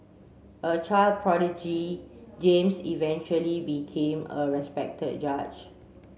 a child prodigy James eventually became a respected judge